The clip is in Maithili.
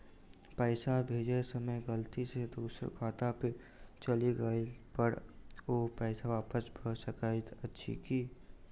पैसा भेजय समय गलती सँ दोसर खाता पर चलि गेला पर ओ पैसा वापस भऽ सकैत अछि की?